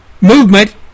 movement